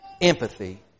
empathy